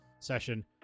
session